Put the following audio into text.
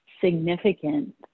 significant